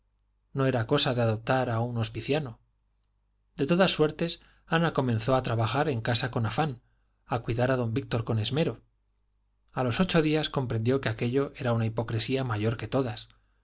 no era cosa de adoptar a un hospiciano de todas suertes ana comenzó a trabajar en casa con afán a cuidar a don víctor con esmero a los ocho días comprendió que aquello era una hipocresía mayor que todas